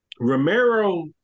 Romero